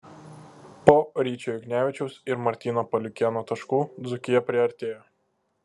po ryčio juknevičiaus ir martyno paliukėno taškų dzūkija priartėjo